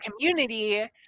community